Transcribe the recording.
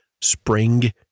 Spring